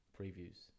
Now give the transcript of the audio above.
previews